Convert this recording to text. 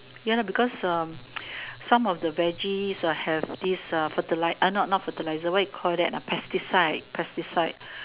mm ya because um some of the veggies will have this uh fertilizer uh not fertilizer what do you call that ah pesticide pesticide